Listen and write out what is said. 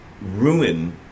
ruin